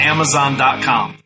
Amazon.com